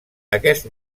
aquest